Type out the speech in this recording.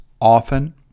often